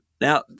Now